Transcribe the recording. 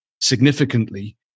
significantly